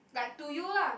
like to you lah